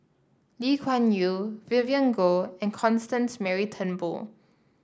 Lee Kuan Yew Vivien Goh and Constance Mary Turnbull